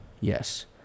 Yes